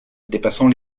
dépassant